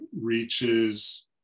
reaches